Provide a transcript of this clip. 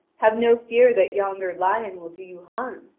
have no fear that yonder lion will do you harm.